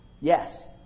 Yes